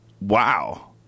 Wow